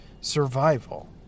survival